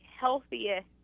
healthiest